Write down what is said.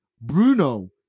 Bruno